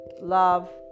love